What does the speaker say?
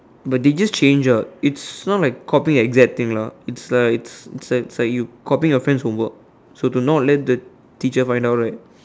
but they just change ah it's not like copying the exact thing lah it's like it's like you're copying your friend's homework so to not let the teacher find out right